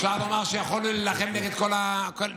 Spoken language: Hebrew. אפשר לומר שיכולנו להילחם נגד כל העולם,